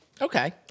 Okay